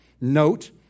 Note